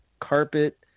Carpet